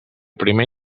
primer